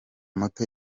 muto